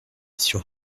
sur